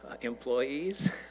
employees